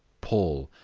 paul,